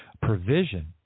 provision